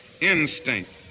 instinct